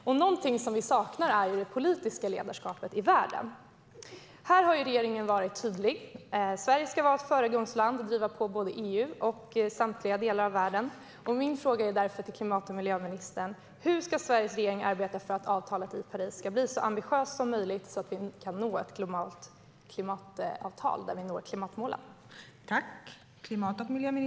Och någonting som vi saknar är det politiska ledarskapet i världen. Här har regeringen varit tydlig. Sverige ska vara ett föregångsland och driva på både EU och samtliga delar av världen. Min fråga är därför till klimat och miljöministern: Hur ska Sveriges regering arbeta för att avtalet i Paris ska bli så ambitiöst som möjligt så att vi kan nå ett klimatavtal där vi når klimatmålen?